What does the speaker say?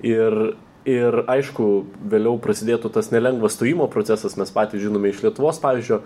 ir ir aišku vėliau prasidėtų tas nelengvas stojimo procesas mes patys žinome iš lietuvos pavyzdžio